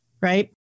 Right